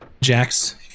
Jax